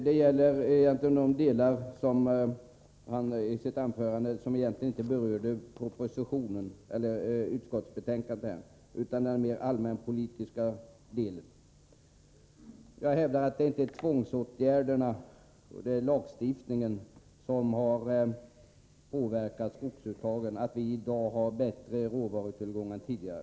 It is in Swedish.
Det gäller den del av hans anförande där han egentligen inte berörde utskottsbetänkandet, den mer allmänpolitiska delen. Jag hävdar att det inte är tvångsåtgärder och lagstiftning som har gjort att vi i dag har en bättre råvarutillgång än tidigare.